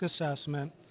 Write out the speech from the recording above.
assessment